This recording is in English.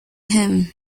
him